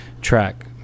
track